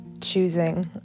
choosing